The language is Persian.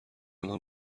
آنها